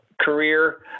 career